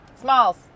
Smalls